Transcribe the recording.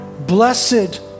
Blessed